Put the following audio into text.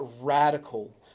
radical